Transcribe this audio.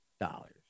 dollars